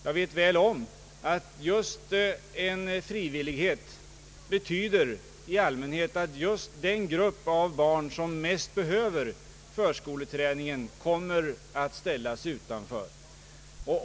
Jag vet att frivillighet i allmänhet betyder att just den grupp av barn som bäst behöver förskoleträningen kommer att ställas utanför.